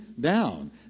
down